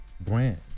brand